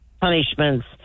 punishments